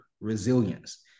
resilience